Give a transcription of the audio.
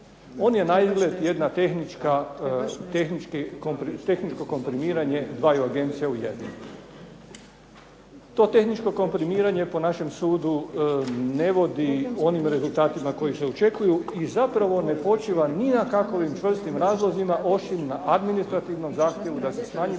On je naizgled jedno tehničko komprimiranje dvaju agencija u jednu. To tehničko komprimiranje po našem sudu ne vodi onim rezultatima koji se očekuju i zapravo ne počiva ni na kakovim čvrstim razlozima osim na administrativnom zahtjevu da se smanji